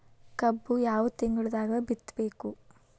ಕಬ್ಬು ಯಾವ ತಿಂಗಳದಾಗ ಬಿತ್ತಬೇಕು?